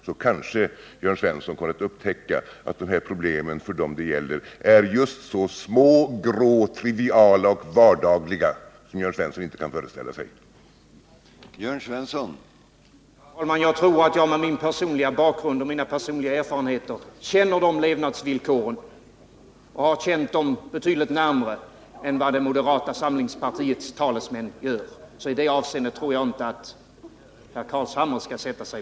Då kanske Jörn Svensson kommer att upptäcka att de här aktuella problemen för dem det gäller är så små, grå, triviala och vardagliga som Jörn Svensson nu inte kan föreställa sig att de är.